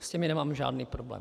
S těmi nemám žádný problém.